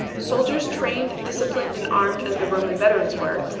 soldiers trained, disciplined, and armed as the roman veterans were,